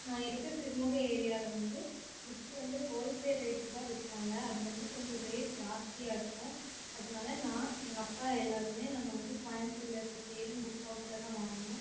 நான் இருக்கற சிறுமுகை ஏரியாவில் வந்து புக்ஸ் வந்து ஹோல் சேல் ரேட்டில் தான் விற்பாங்க அது வந்து கொஞ்சம் ரேட் ஜாஸ்தியாக இருக்கும் அதனால நான் எங்கள் அப்பா எல்லோருமே நாங்கள் வந்து கோயம்புத்தூரில் இருக்கற சேரன் புக் ஹவுஸில் தான் வாங்குவோம்